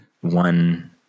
one